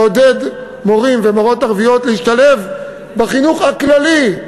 לעודד מורים ערבים ומורות ערביות להשתלב בחינוך הכללי.